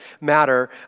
matter